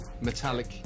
Metallic